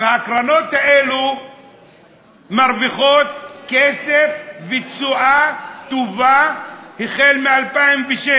והקרנות האלה מרוויחות כסף ותשואה טובה מ-2006,